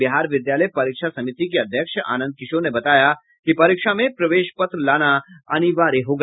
बिहार विद्यालय परीक्षा समिति के अध्यक्ष आनंद किशोर ने बताया कि परीक्षा में प्रवेश पत्र लाना अनिवार्य होगा